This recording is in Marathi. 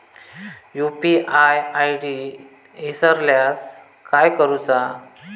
यू.पी.आय आय.डी इसरल्यास काय करुचा?